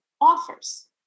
offers